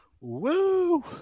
Woo